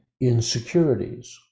insecurities